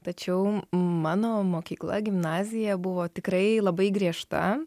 tačiau mano mokykla gimnazija buvo tikrai labai griežta